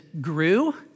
grew